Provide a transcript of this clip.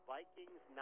Vikings